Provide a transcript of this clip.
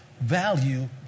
value